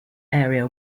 area